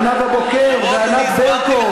ונאוה בוקר,